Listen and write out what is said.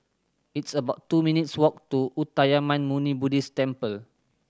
it's about two minutes' walk to Uttamayanmuni Buddhist Temple